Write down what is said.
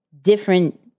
different